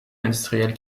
industriel